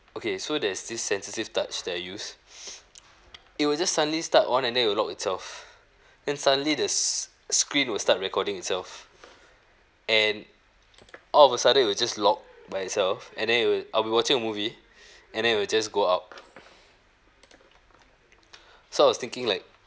okay so there's this sensitive touch that I use it will just suddenly start on and then it will lock itself then suddenly the s~ screen will start recording itself and all of a sudden it will just lock by itself and then it will I'll be watching a movie and then it will just go out so I was thinking like